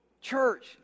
church